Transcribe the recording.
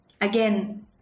Again